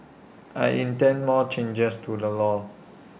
I intend more changes to the law